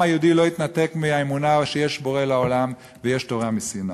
העם היהודי לא יתנתק מהאמונה שיש בורא לעולם ויש תורה מסיני.